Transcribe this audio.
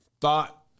thought